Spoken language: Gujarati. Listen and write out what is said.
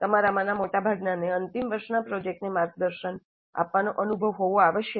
તમારામાંના મોટાભાગનાને અંતિમ વર્ષના પ્રોજેક્ટને માર્ગદર્શન આપવાનો અનુભવ હોવો આવશ્યક છે